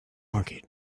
market